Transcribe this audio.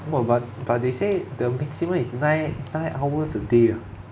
!wah! but but they say the maximum is nine nine hours a day ah